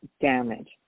damage